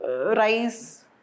rice